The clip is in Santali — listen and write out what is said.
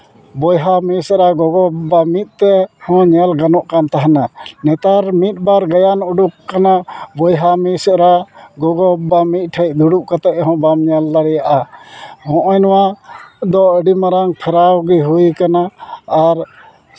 ᱵᱚᱭᱦᱟᱼᱢᱤᱥᱨᱟ ᱜᱚᱜᱚᱼᱵᱟᱵᱟ ᱢᱤᱫ ᱛᱮᱦᱚᱸ ᱧᱮᱞ ᱜᱟᱱᱚᱜ ᱠᱟᱱ ᱛᱟᱦᱮᱱᱟ ᱱᱮᱛᱟᱨ ᱢᱤᱫ ᱵᱟᱨ ᱜᱟᱭᱟᱱ ᱩᱰᱩᱠ ᱟᱠᱟᱱᱟ ᱵᱚᱭᱦᱟᱼᱢᱤᱥᱨᱟ ᱜᱚᱜᱚᱼᱵᱟᱵᱟ ᱢᱤᱫ ᱴᱷᱮᱡ ᱫᱩᱲᱩᱵ ᱠᱟᱛᱮᱫ ᱦᱚᱸ ᱵᱟᱢ ᱧᱮᱞ ᱫᱟᱲᱮᱭᱟᱜᱼᱟ ᱦᱚᱸᱜᱼᱚᱭ ᱱᱚᱣᱟ ᱫᱚ ᱟᱹᱰᱤ ᱢᱟᱨᱟᱝ ᱯᱷᱮᱨᱟᱣ ᱜᱮ ᱦᱩᱭ ᱟᱠᱟᱱᱟ ᱟᱨ